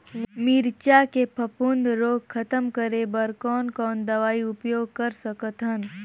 मिरचा के फफूंद रोग खतम करे बर कौन कौन दवई उपयोग कर सकत हन?